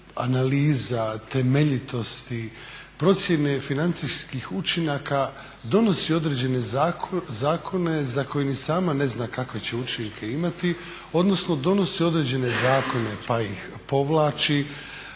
analiza, temeljitosti, procjene financijskih učinaka donosi određene zakone za koje ni sama ne zna kakve će učinke imati, odnosno donosi određene zakone pa ih povlači